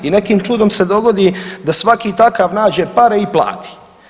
I nekim čudom se dogodi da svaki takav nađe pare i plati.